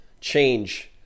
change